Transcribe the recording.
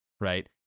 Right